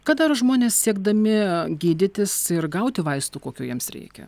ką daro žmonės siekdami gydytis ir gauti vaisto kokio jiems reikia